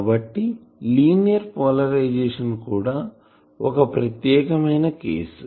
కాబట్టి linear polarization కూడా ఒక ప్రత్యేకమైన కేసు